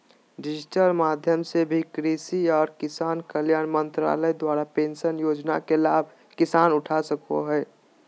digital माध्यम से भी कृषि आर किसान कल्याण मंत्रालय द्वारा पेश योजना के लाभ किसान उठा सको हय